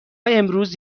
امروز